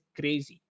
crazy